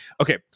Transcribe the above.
okay